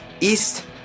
East